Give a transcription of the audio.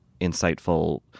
insightful